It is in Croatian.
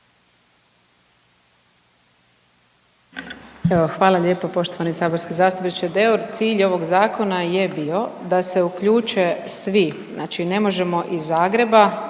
Hvala lijepo poštovani saborski zastupniče Deur. Cilj ovog zakona je bio da se uključe svi. Znači ne možemo iz Zagreba